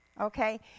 okay